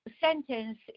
sentence